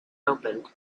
opened